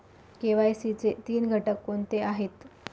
KYC चे तीन घटक कोणते आहेत?